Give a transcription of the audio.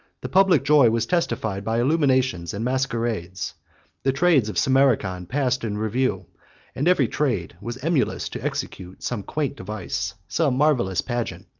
the public joy was testified by illuminations and masquerades the trades of samarcand passed in review and every trade was emulous to execute some quaint device, some marvellous pageant,